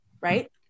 Right